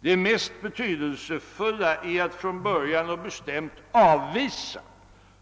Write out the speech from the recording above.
Det mest betydelsefulla är att från början och bestämt avvisa